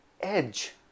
edge